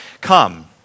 come